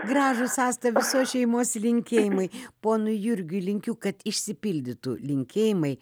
gražūs asta visos šeimos linkėjimai ponui jurgiui linkiu kad išsipildytų linkėjimai